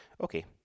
Okay